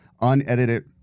unedited